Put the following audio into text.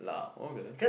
lah okay